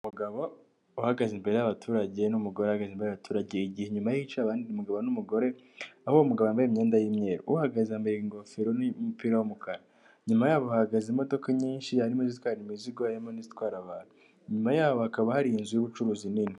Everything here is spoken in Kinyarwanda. Umugabo uhagaze imbere y'abaturage n'umugore uhagaze imbere y'abaturage igihe inyuma ye hicaye abandi umugabo n'umugore aho uwo mugabo yambaye imyenda y'imyeru, uhagaze yambaye ingofero n'umupira w'umukara, inyuma yabo hahagaze imodoka nyinshi harimo izitwara imizigo harimo n'izitwara abantu, inyuma yabo hakaba hari inzu y'ubucuruzi nini.